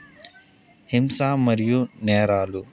హింసా మరియు నేరాలు